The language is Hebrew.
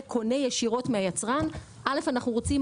אנחנו רוצים